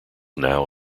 now